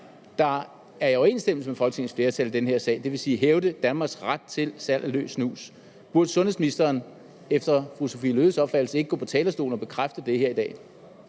der er i overensstemmelse med Folketingets flertal i den her sag, dvs. hævde Danmarks ret til salg af løs snus. Burde sundhedsministeren efter fru Sophie Løhdes opfattelse ikke gå på talerstolen og bekræfte det her i dag?